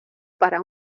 para